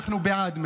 אנחנו בעד,